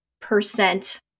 percent